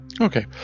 Okay